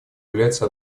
являются